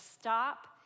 stop